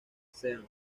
sean